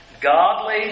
Godly